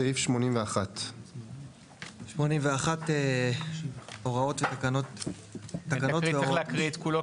סעיף 81. צריך להקריא את כולו,